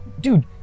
dude